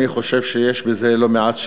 אני חושב שיש בזה לא מעט רשעות.